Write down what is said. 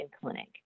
clinic